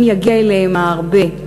אם יגיע אליהם הארבה,